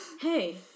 hey